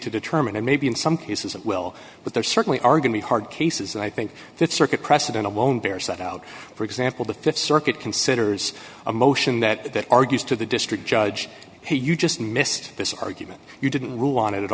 to determine and maybe in some cases it will but there certainly are going to be hard cases and i think that circuit precedent alone bears that out for example the th circuit considers a motion that argues to the district judge hey you just missed this argument you didn't rule on it at